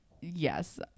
Yes